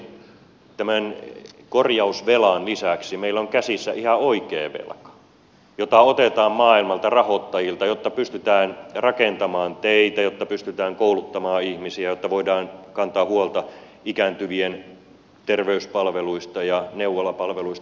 mutta niin kuin totesin tämän korjausvelan lisäksi meillä on käsissä ihan oikea velka jota otetaan maailmalta rahoittajilta jotta pystytään rakentamaan teitä jotta pystytään kouluttamaan ihmisiä jotta voidaan kantaa huolta ikääntyvien terveyspalveluista ja neuvolapalveluista